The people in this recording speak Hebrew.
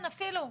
אפילו.